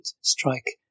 Strike